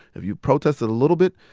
if you protested a little bit,